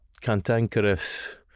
cantankerous